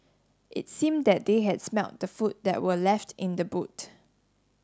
it seemed that they had smelt the food that were left in the boot